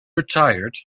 retired